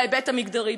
בהיבט המגדרי,